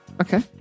Okay